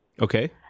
Okay